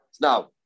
now